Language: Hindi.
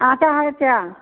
आटा है क्या